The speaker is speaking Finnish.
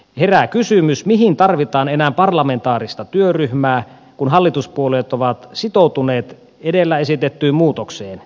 herää kysymys mihin tarvitaan enää parlamentaarista työryhmää kun hallituspuolueet ovat sitoutuneet edellä esitettyyn muutokseen